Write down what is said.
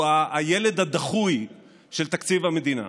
הוא הילד הדחוי של תקציב המדינה.